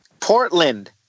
Portland